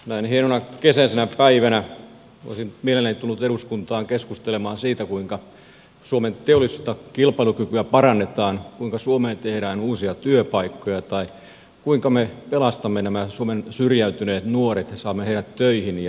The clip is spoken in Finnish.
näin hienona kesäisenä päivänä olisin mielelläni tullut eduskuntaan keskustelemaan siitä kuinka suomen teollista kilpailukykyä parannetaan kuinka suomeen tehdään uusia työpaikkoja tai kuinka me pelastamme suomen syrjäytyneet nuoret ja saamme heidät töihin ja tehtäviin